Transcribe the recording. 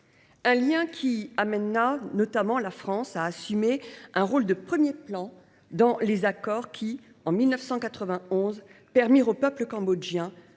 Ces liens amèneront notamment la France à assumer un rôle de premier plan dans les accords qui, en 1991, permirent au peuple cambodgien